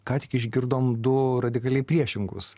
ką tik išgirdom du radikaliai priešingus